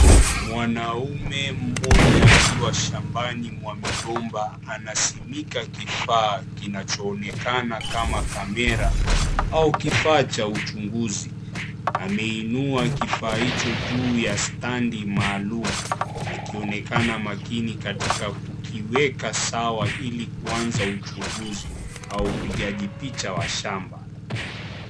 Mwanaume mmoja akiwa shambani mwa migomba anasimika kifaa kinachoonekana kama kamera au kifaa cha uchunguzi, ameinua kifaa hicho juu ya standi maalum, akionekana makini katika kukiweka sawa ili kuanza uchunguzi au upigaji picha wa shamba.